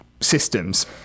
systems